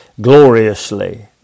gloriously